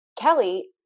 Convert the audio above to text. Kelly